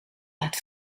laat